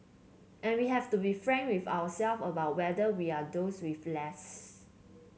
and we have to be frank with ourselves about whether we are those with less